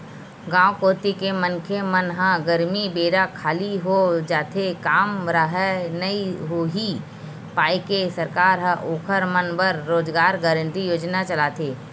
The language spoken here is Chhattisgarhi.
गाँव कोती के मनखे मन ह गरमी बेरा खाली हो जाथे काम राहय नइ उहीं पाय के सरकार ह ओखर मन बर रोजगार गांरटी योजना चलाथे